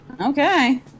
Okay